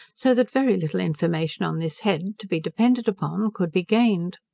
so that very little information on this head, to be depended upon, could be gained.